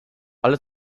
ale